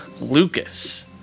Lucas